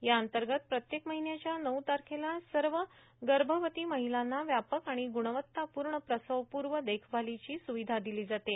याअंतर्गत प्रत्येक महिन्याच्या नऊ तारखेला सर्व गर्भवती महिलांना व्यापक आणि गुणवत्तापूर्ण प्रसवपूर्व देखभालीची स्रविधा दिली जाते